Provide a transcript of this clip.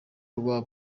rwa